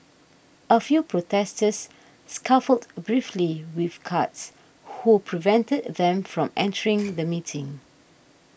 a few protesters scuffled briefly with cards who prevented them from entering the meeting